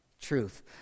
truth